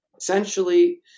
Essentially